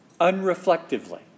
unreflectively